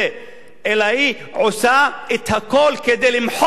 אלא היא עושה את הכול כדי למחוק את היישוב